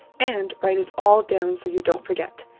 and write it all down so you don't forget.